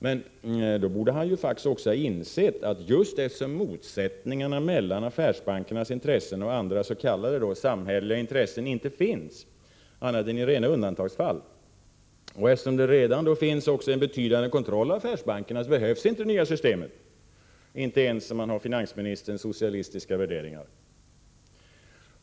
Men han borde då inse att just eftersom motsättningar mellan affärsbankernas intressen och andra s.k. samhälleliga intressen inte finns annat än i undantagsfall och eftersom det redan finns en omfattande kontroll av affärsbankerna, behövs inte det nya systemet, inte ens med hans egna socialistiska värderingar.